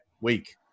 week